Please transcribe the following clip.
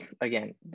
again